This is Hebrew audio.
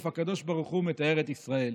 אף הקדוש ברוך הוא מטהר את ישראל".